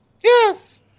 Yes